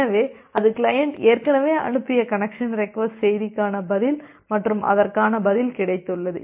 எனவே அது கிளையன்ட் ஏற்கனவே அனுப்பிய கனெக்சன் ரெக்வஸ்ட் செய்திக்கான பதில் மற்றும் அதற்கான பதில் கிடைத்துள்ளது